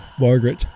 Margaret